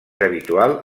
habitual